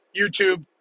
YouTube